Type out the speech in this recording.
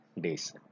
days